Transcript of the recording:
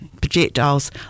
projectiles